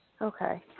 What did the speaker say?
Okay